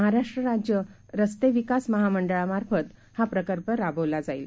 महाराष्ट्रराज्यरस्तेविकासमहामंडळामार्फतहाप्रकल्पराबवलाजाईल